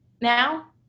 now